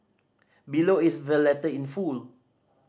below is the letter in full